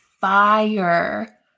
fire